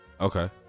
Okay